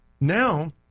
now